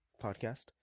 podcast